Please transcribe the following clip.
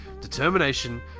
determination